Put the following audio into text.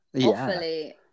awfully